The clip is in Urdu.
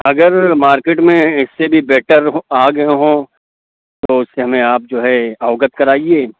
اگر مارکیٹ میں اِس سے بھی بیٹر آ گئے ہوں تو اُس سے ہمیں آپ جو ہے اوگت کرائیے